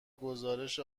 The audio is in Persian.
گزارش